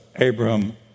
Abram